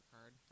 card